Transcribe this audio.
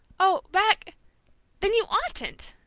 oh, beck then you oughtn't!